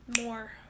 more